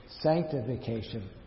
sanctification